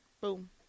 boom